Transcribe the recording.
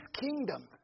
kingdom